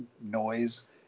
noise